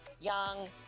young